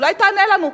אולי תענה לנו.